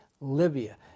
Libya